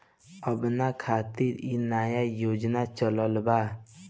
urban खातिर इ नया योजना चलल बा